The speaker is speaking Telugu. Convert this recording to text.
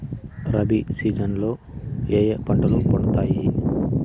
రబి సీజన్ లో ఏ ఏ పంటలు పండుతాయి